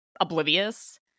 oblivious